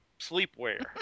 sleepwear